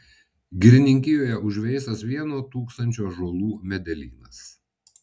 girininkijoje užveistas vieno tūkstančio ąžuolų medelynas